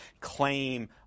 claim